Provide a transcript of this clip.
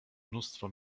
mnóstwo